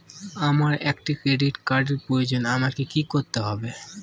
আমার একটি ক্রেডিট কার্ডের প্রয়োজন আমাকে কি করতে হবে?